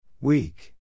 Weak